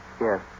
Yes